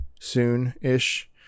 soon-ish